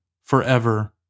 forever